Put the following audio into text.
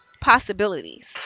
possibilities